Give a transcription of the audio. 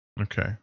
Okay